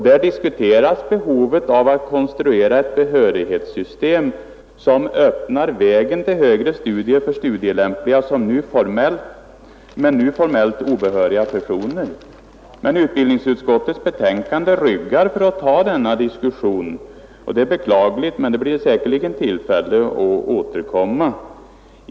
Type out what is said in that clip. Där diskuteras behovet av att konstruera ett behörighetssystem som öppnar vägen till högre studier för studielämpliga men nu formellt obehöriga personer. Utbildningsutskottets betänkandet ryggar för att ta denna diskussion. Det är beklagligt, men det blir säkert tillfälle att återkomma.